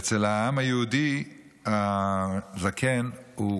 אצל העם היהודי הזקן הוא כבוד,